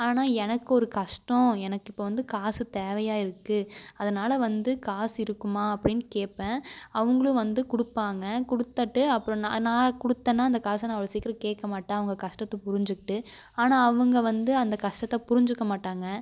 ஆனால் எனக்கு ஒரு கஷ்டம் எனக்கு இப்போ வந்து காசு தேவையா இருக்கு அதனால் வந்து காசு இருக்குமா அப்படின்னு கேட்பேன் அவங்களும் வந்து கொடுப்பாங்க குடுத்திட்டு அப்புறம் நான் நான் கொடுத்தேன்னா நான் அந்த காசை அவ்வளோ சீக்கிரம் கேட்கமாட்டேன் அவங்க கஷ்டத்தை புரிஞ்சுக்கிட்டு ஆனால் அவங்க வந்து அந்த கஷ்டத்தை புரிஞ்சுக்க மாட்டாங்க